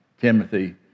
Timothy